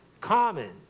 common